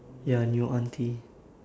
ya new auntie